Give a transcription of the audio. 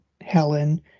Helen